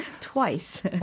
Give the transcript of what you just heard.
Twice